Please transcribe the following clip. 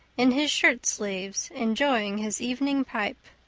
in his shirt sleeves, enjoying his evening pipe.